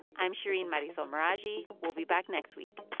i'm shereen marisol meraji. we'll be back next week.